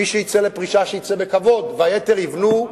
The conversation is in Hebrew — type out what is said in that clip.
מי שיצא לפרישה שיצא בכבוד, והיתר יבנו,